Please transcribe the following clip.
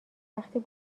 وقتی